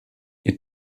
ihr